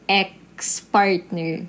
ex-partner